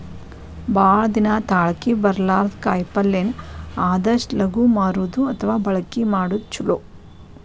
ಭಾಳ ದಿನಾ ತಾಳಕಿ ಬರ್ಲಾರದ ಕಾಯಿಪಲ್ಲೆನ ಆದಷ್ಟ ಲಗು ಮಾರುದು ಅಥವಾ ಬಳಕಿ ಮಾಡುದು ಚುಲೊ